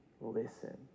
Listen